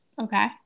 Okay